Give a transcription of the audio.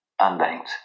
unbanked